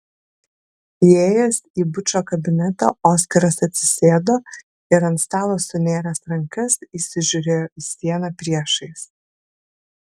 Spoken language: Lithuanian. įėjęs į bučo kabinetą oskaras atsisėdo ir ant stalo sunėręs rankas įsižiūrėjo į sieną priešais